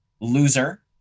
Loser